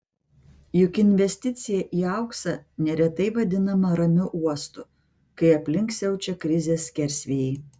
juk investicija į auksą neretai vadinama ramiu uostu kai aplink siaučia krizės skersvėjai